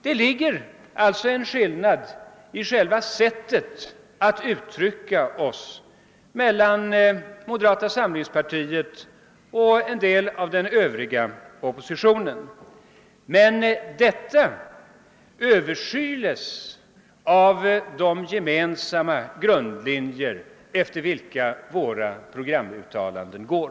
Det ligger alltså en skillnad i själva sättet att uttrycka sig mellan moderata samlingspartiet och en del av den övriga oppositionen. Men detta överskyles av de gemensamma grundlinjer, efter vilka programuttalandena går.